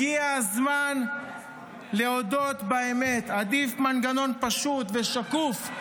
הגיע הזמן להודות באמת: עדיף מנגנון פשוט ושקוף,